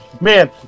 man